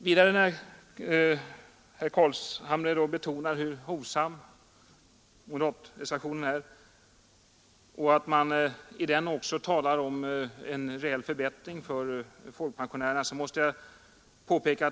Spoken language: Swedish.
Herr Carlshamre betonar alltså hur hovsam moderatreservationen är och nämner att man i den också talar om en reell förbättring för folkpensionärerna.